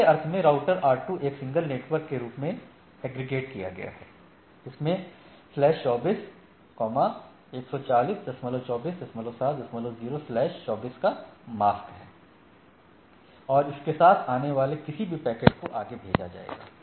दूसरे अर्थ में राउटर R2 एक सिंगल नेटवर्क के रूप में एग्रीगेट किया गया है जिसमें स्लैश 24 1402470 स्लैश 24 का मास्क है और इसके साथ आने वाले किसी भी पैकेट को आगे भेजा जाएगा